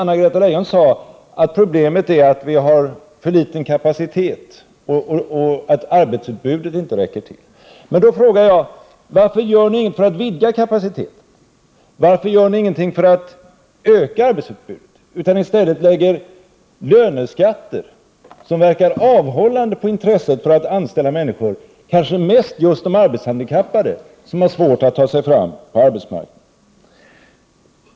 Anna-Greta Leijon sade att problemet är att vi har för liten kapacitet och att arbetsutbudet inte räcker till. Då frågar jag: Varför gör ni ingenting för att vidga kapaciteten och för att öka arbetsutbudet? I stället föreslår ni löneskatter som verkar dämpande på intresset för att anställa människor, kanske mest när det gäller arbetshandikappade, som har svårt att klara sig på arbetsmarknaden.